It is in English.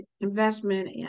investment